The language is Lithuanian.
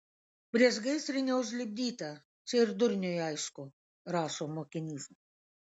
priešgaisrinė užlipdyta čia ir durniui aišku rašo mokinys